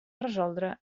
resoldre